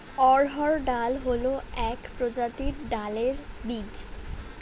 অড়হর ডাল হল এক প্রজাতির ডালের বীজ